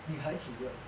女孩子的